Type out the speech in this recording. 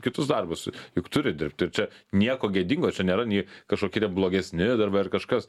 kitus darbus juk turi dirbti ir čia nieko gėdingo čia nėra nei kažkoki ten blogesni darbai ar kažkas